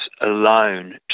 alone